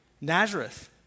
Nazareth